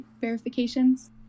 verifications